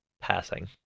passing